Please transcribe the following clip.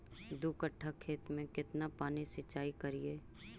दू कट्ठा खेत में केतना पानी सीचाई करिए?